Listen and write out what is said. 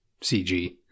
CG